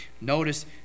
notice